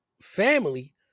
family